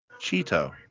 Cheeto